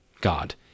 God